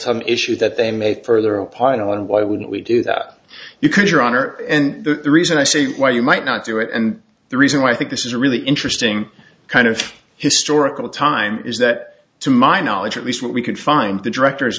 some issues that they may further opine on why wouldn't we do that you can your honor and the reason i say why you might not do it and the reason why i think this is a really interesting kind of historical time is that to my knowledge at least we could find the directors